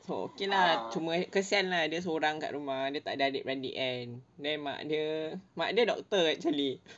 so okay lah cuma kesian lah dia seorang kat rumah dia takde adik beradik kan then mak dia mak dia doctor actually